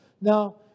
Now